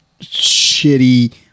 shitty